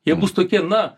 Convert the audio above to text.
jie bus tokie na